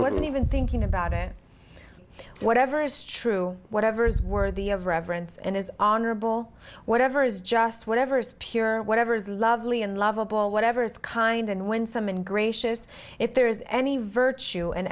wasn't even thinking about it whatever is true whatever is worthy of reverence and is honorable whatever is just whatever is pure whatever is lovely and lovable whatever is kind and winsome and gracious if there is any virtue an